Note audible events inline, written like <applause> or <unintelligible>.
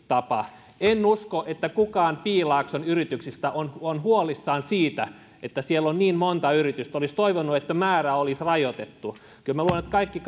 tapa en usko että kukaan piilaakson yrityksistä on on huolissaan siitä että siellä on niin monta yritystä ja olisi toivonut että määrä olisi rajoitettu kyllä minä luulen että kaikki <unintelligible>